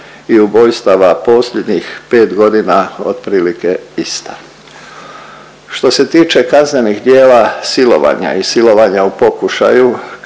i ubojstava posljednjih 5 godina otprilike ista. Što se tiče kaznenih djela silovanja i silovanja u pokušaju,